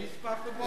אני אשמח לבוא.